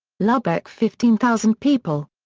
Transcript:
lubeck fifteen thousand people.